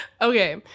Okay